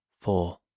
four